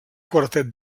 quartet